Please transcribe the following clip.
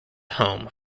home